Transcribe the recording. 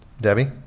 Debbie